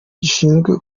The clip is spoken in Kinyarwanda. gishinzwe